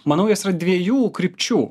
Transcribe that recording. manau jos yra dviejų krypčių